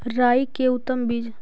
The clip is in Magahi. राई के उतम बिज?